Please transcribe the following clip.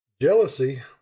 Jealousy